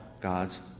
god's